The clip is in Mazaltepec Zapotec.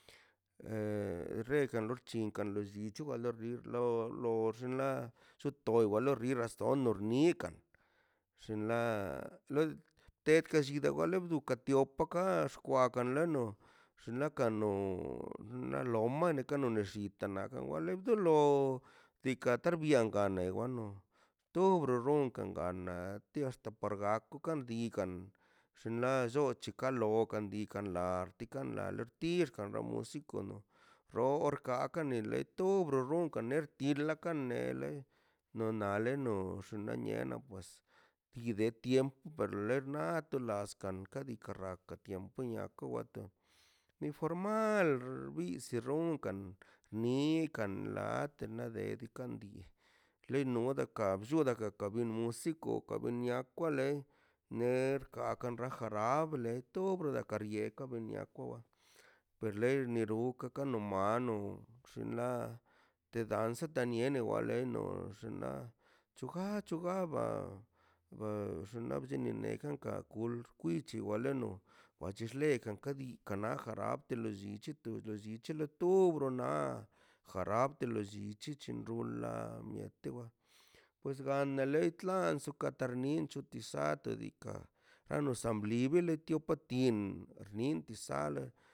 E rekan lo xchikan lollichoa lo xi lo- lo xinḻan shotogyoa loorira ston noxrikan xinḻa nol teka shidaꞌ wale bdukaꞌ tiopokáx kwa kaleno shnakano mnalo mane kanone xllitan gawan dolo diikaꞌ tarbiangan ne wano tobro ronkan ganna tia hasta par gako kan diga'n xnaꞌ llo chican lokan kan diikaꞌ ḻa rdikan ḻa lertirkan ramusico no ro- orkan kan neleꞌto obron ronkaꞌ nerd tirla kan nele no nale no xñanana pues bide tiemp per ḻe naꞌ ti laskan ka diikan rakan tiempo niako wakə di informal zbizi ronkan nikan ḻate na de diikaꞌ di leno dakaꞌ blluda gagadaka bin musico kaben nia kwale nerd kanka ranjarable to bla karieb kabanie koba per ḻe nirokaꞌ kanomano xllin ḻa te danza taniene waleno shuná chuga chugaba be xnaꞌ bzeniḻe ganka kwil chi waleno wachislekan ka di kanaꞌ jarab te los zisc̱he to los zisc̱helə tobronab jarab te los zisc̱helə chen rulan miete wa pues gandaleitlan sukatarni chutisa de diikaꞌ rano samblible tio patin nin tisalə.